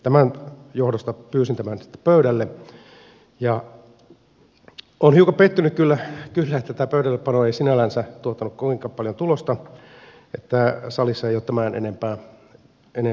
tämän johdosta pyysin tämän pöydälle ja olen hiukan pettynyt kyllä että tämä pöydällepano ei sinällänsä tuottanut kovinkaan paljon tulosta että salissa ei ole tämän enempää sitten puhujia